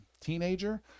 teenager